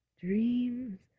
Dreams